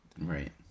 Right